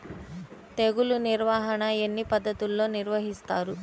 తెగులు నిర్వాహణ ఎన్ని పద్ధతుల్లో నిర్వహిస్తారు?